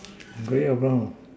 grey around